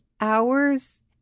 hours